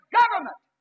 government